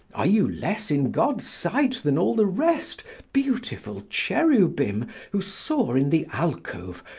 are you less in god's sight than all the rest, beautiful cherubim who soar in the alcove,